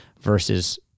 versus